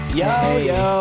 yo-yo